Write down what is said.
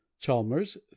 Chalmers